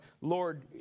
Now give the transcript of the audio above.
Lord